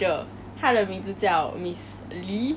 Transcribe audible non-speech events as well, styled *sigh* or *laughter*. I *laughs* I don't know man